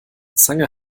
zange